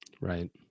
Right